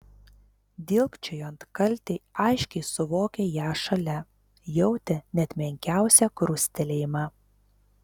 dilgčiojant kaltei aiškiai suvokė ją šalia jautė net menkiausią krustelėjimą